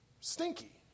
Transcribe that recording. Stinky